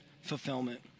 fulfillment